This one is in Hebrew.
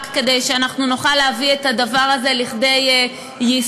כדי שאנחנו נוכל להביא את הדבר הזה לכדי יישום.